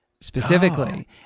specifically